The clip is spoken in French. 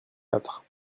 quatre